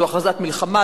זו הכרזת מלחמה,